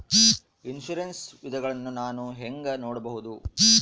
Insurance ವಿಧಗಳನ್ನ ನಾನು ಹೆಂಗ ನೋಡಬಹುದು?